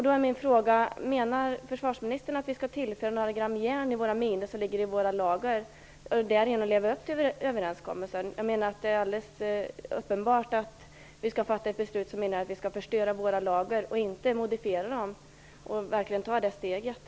Då är min fråga: Menar försvarsministern att vi skall tillföra några gram järn i de minor som ligger i våra lager och därigenom leva upp till överenskommelsen? Det är alldeles uppenbart att vi skall fatta ett beslut som innebär att vi verkligen tar steget att förstöra våra lager och inte modifiera dem.